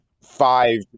five